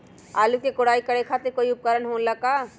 आलू के कोराई करे खातिर कोई उपकरण हो खेला का?